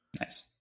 Nice